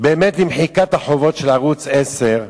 באמת למחיקת החובות של ערוץ-10,